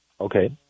Okay